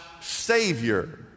savior